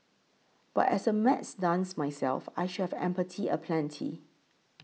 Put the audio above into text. but as a maths dunce myself I should have empathy aplenty